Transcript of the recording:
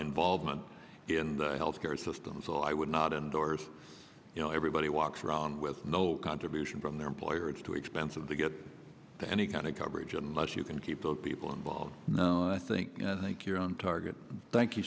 involvement in the health care system so i would not endorse you know everybody walks around with no contribution from their employer it's too expensive to get any kind of coverage unless you can keep those people involved and i think i think you're on target thank you